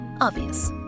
Obvious